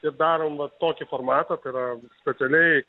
ir darom va tokį formatą tai yra specialiai